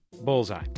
Bullseye